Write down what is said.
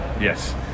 Yes